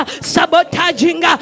sabotaging